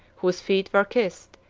whose feet were kissed,